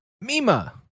Mima